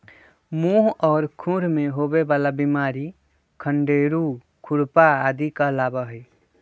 मुह और खुर में होवे वाला बिमारी खंडेरू, खुरपा आदि कहलावा हई